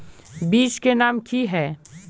बीज के नाम की है?